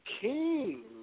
King